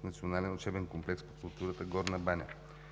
в Националния учебен комплекс по култура – Горна баня.